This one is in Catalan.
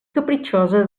capritxosa